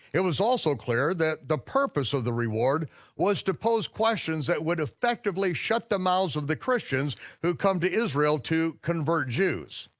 it was also clear that the purpose of the reward was to pose questions that would effectively shut the mouths of the christians who'd come to israel to convert jews.